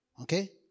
okay